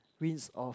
rinse off